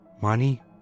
Money